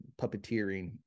puppeteering